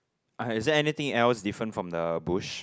okay is there anything else different from the bush